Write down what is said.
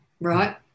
right